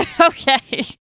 Okay